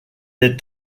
est